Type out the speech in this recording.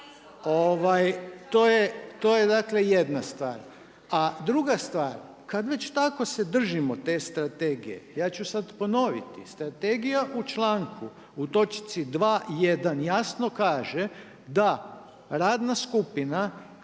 dakle jedna stvar. A druga stvar, kad već tako se držimo te Strategije ja ću sad ponoviti Strategija u članku u točci 2.1 jasno kaže da radna skupina